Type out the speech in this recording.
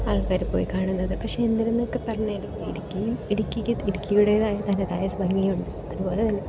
ആൾക്കാർ പോയി കാണുന്നത് പക്ഷേ എന്തന്നൊക്കെ പറഞ്ഞാലും ഇടുക്കിയും ഇടുക്കിക്ക് ഇടുക്കിയുടേതായ തനതായ ഭംഗിയുണ്ട് അതുപോലെ തന്നെ